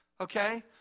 Okay